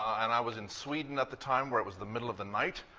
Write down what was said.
and i was in sweden at the time, where it was the middle of the night.